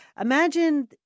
imagine